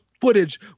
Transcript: footage